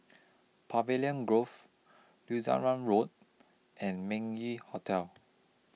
Pavilion Grove Lutheran Road and Meng Yew Hotel